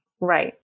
Right